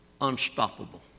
unstoppable